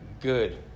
good